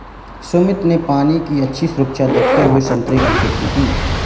सुमित ने पानी की अच्छी सुविधा देखते हुए संतरे की खेती की